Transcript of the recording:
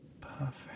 perfect